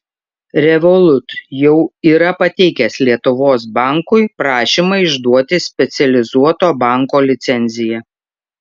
revolut jau yra pateikęs lietuvos bankui prašymą išduoti specializuoto banko licenciją